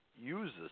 uses